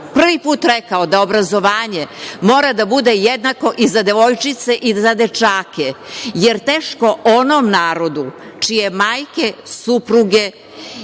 prvi put rekao da obrazovanje mora da bude jednako i za devojčice i za dečake, jer teško onom narodu čije majke, supruge